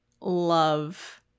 love